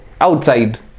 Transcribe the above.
outside